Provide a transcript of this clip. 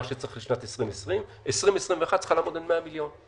שצריך לשנת 2020. 2021 צריכה לעמוד על 100 מיליון.